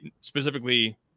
specifically